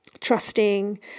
trusting